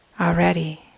already